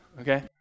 okay